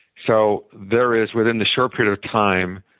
so there is, within the short period of time,